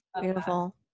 beautiful